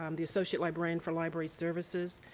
um the associate librarian for library services,